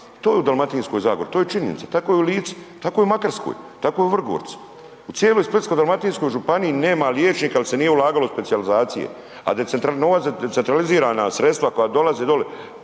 to je u Dalmatinskoj zagori, to je činjenica, tako je i u Lici, tako je i u Makarskoj, tako je i u Vrgorcu, u cijeloj Splitsko-dalmatinskoj županiji nema liječnika jer se nije ulagalo u specijalizacije, a novac za decentralizirana sredstva koja dolaze doli